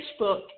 Facebook